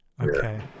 Okay